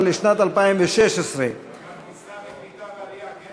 אבל לשנת 2016. אנחנו במשרד לקליטה ועלייה,